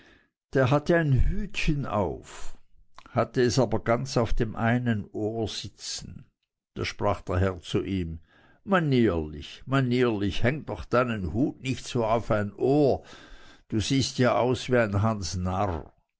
der hatte ein hütchen auf hatte es aber ganz auf dem einen ohr sitzen da sprach der herr zu ihm manierlich manierlich häng deinen hut doch nicht auf ein ohr du siehst ja aus wie ein hans narr